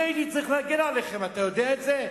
אני הייתי צריך להגן עליכם, אתה יודע את זה?